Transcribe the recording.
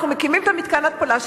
אנחנו מקימים את מתקן ההתפלה,